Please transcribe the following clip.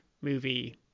movie